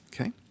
Okay